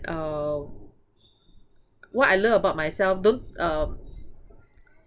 uh what I love about myself don't uh